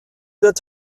wird